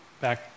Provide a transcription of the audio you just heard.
back